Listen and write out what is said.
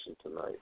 tonight